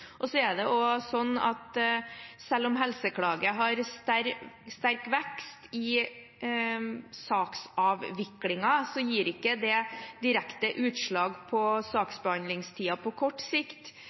Og selv om Helseklage har sterk vekst i saksavviklingen, gir ikke det direkte utslag på